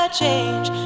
change